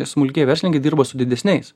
smulkieji verslininkai dirba su didesniais